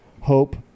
hope